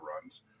runs